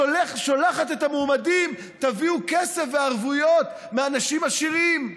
שולחת את המועמדים: תביאו כסף וערבויות מאנשים עשירים.